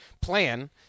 plan